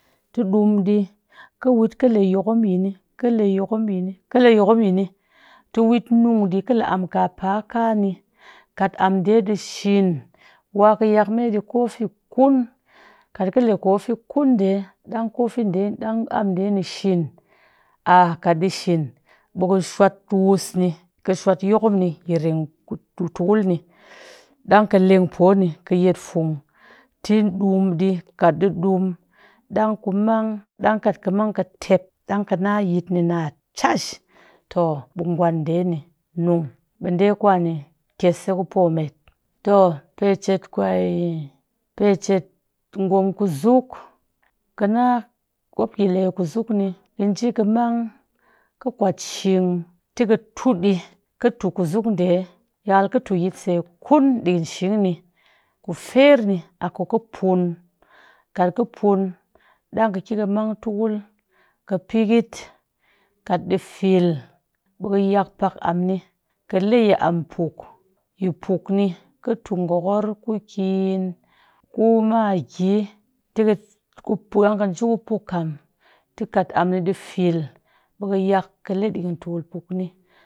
Tɨ ɗumɗii kɨle yokom yini kɨle yokom yini kɨle yokom yini tɨ wit nung ɗii kɨle amkapakani kat am ɗee ɗii shin wa kɨ yakme ɗii kofi kun kat kɨle kofi kun ɗee ɗang kofi ɗee ɗang amm ɗee ni shin a kat ɗii shin ɓee ka shwat wusni kɨ shwat yokom ni reng tukulni ɗang kɨ leng poo kɨ le fuung tɨ ɗuum ɗii kat ɗii ɗuum ɗang ku mang dang kat kɨ mang kɨ tep ɗang kɨ na yit ni chiash, too ɓii gwan ɗee ni nung ɓii ɗe kwani kyes se kupomet. Too pe chet kwe pe chet ngom kusuk kɨna mop ki lee kusuk ni kɨ nji kɨ mang kɨ kwat shing tɨ kɨ tuɗii kɨ tu kusuk ɗee yakal kɨ tu se yit kun ɗiƙɨn shing ni, ku feerni a ku kɨ puun kat kɨ puun ɗang kɨki kɨ mang tukul kɨ pikit kat ɗii fiil ɓee yakpak amm ni kɨ le yi amm puk, yi puk ni kɨ tu ngokor ku kiin ku magi tɨkɛ ɗang kɨ nji ku puk kam tɨ kat amm ɗii fill ɓee ka yak kɨle ɗiikin tukul puk ni.